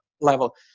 level